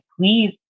Please